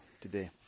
today